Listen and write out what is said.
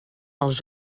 els